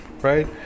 right